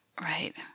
right